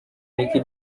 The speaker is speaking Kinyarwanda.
nick